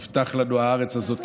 הובטחה לנו הארץ הזאת,